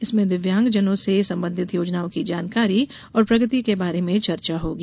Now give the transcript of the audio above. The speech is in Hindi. इसमें दिव्यागजनों से संबंधित योजनाओं की जानकारी और प्रगति के बारे में चर्चा होगी